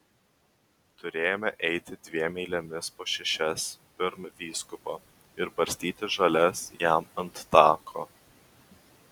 turėjome eiti dviem eilėmis po šešias pirm vyskupo ir barstyti žoles jam ant tako